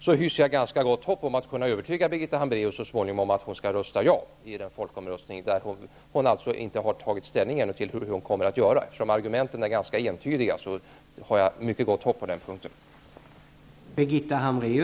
Jag hyser därför ett ganska gott hopp om att så småningom kunna övertyga Birgitta Hambraeus om att hon skall rösta ja i folkomröstningen. Hon sade att hon ännu inte har tagit ställning, och eftersom argumenten är ganska entydiga har jag mycket goda förhoppningar på den punkten.